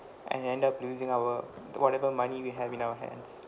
and end up losing our whatever money we have in our hands